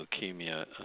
Leukemia